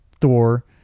Thor